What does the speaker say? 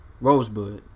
Rosebud